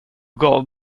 gav